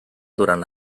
durant